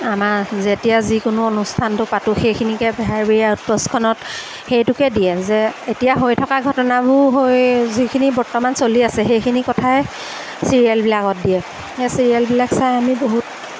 আমাৰ যেতিয়া যিকোনো অনুষ্ঠানটো পাতোঁ সেইখিনিকে বেহৰবাৰী আউট পষ্টখনত সেইটোকে দিয়ে যে এতিয়া হৈ থকা ঘটনাবোৰ হৈ যিখিনি বৰ্তমান চলি আছে সেইখিনি কথাই চিৰিয়েলবিলাকত দিয়ে সেই চিৰিয়েলবিলাক চাই আমি বহুত